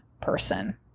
person